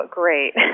great